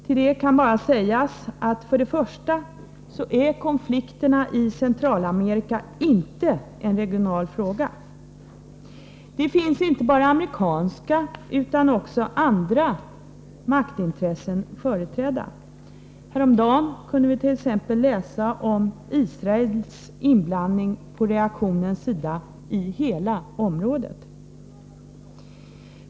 Till det kan bara sägas att för det första är konflikterna i Centralamerika inte en regional fråga. Det finns inte bara amerikanska, utan också andra maktintressen företrädda. Häromdagen kunde vi t.ex. läsa om Israels inblandning på reaktionens sida i hela området.